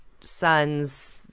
sons